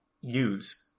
use